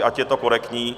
Ať je to korektní.